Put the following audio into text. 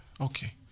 Okay